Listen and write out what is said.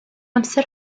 amser